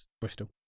Bristol